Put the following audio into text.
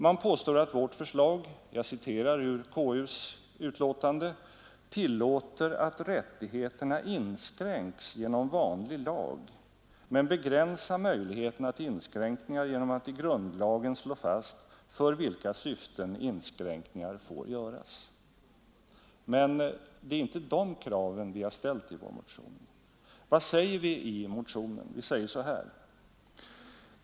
Man påstår att vårt förslag — jag citerar ur KU:s betänkande — ”tillåter att rättigheterna inskränks genom vanlig lag men begränsar möjligheterna till inskränkningar genom att i grundlagen slå fast för vilka syften inskränkningar får göras”. Men det är inte de kraven vi har ställt i vår motion. Vad säger vi i motionen?